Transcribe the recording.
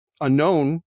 unknown